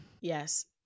Yes